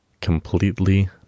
Completely